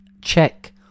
check